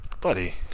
Buddy